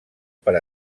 per